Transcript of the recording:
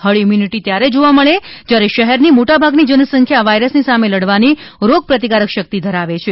hard immunity ત્યારે જોવા મળે છે જયારે શહેરની મોટા ભાગની જનસંખ્યા વાયરસની સામે લડવાની રોગપ્રતિકાર શક્તિ ધરાવે છે